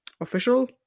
official